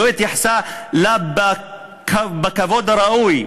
לא התייחסו אליה בכבוד הראוי,